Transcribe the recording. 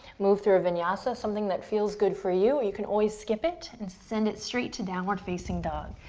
move through a vinyasa, something that feels good for you. you can always skip it and send it straight to downward facing dog.